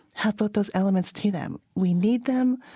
have both those elements to them. we need them,